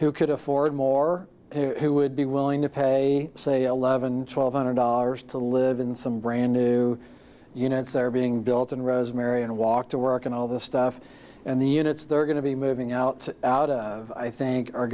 who could afford more who would be willing to pay say a leaven twelve hundred dollars to live in some brand new units that are being built and rosemary and walk to work and all this stuff and the units they're going to be moving out out i think are